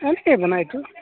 এনেকৈ বনাইতো